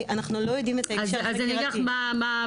אנחנו לא יודעים את ה- אז אני אגיד לך מה הפילוח,